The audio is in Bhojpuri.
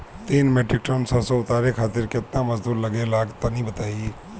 तीन मीट्रिक टन सरसो उतारे खातिर केतना मजदूरी लगे ला तनि बताई?